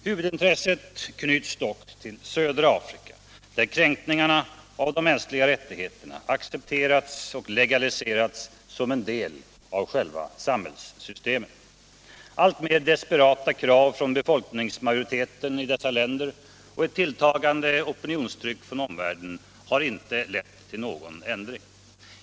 Huvudintresset knyts dock till södra Afrika, där kränkningar av de mänskliga rättigheterna accepterats och legaliserats som en del av själva samhällssystemet. Alltmer desperata krav från befolkningsmajoriteten i dessa länder och ett tilltagande opinionstryck från omvärlden har inte lett till någon ändring.